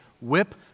whip